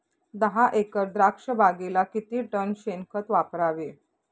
दहा एकर द्राक्षबागेला किती टन शेणखत वापरावे?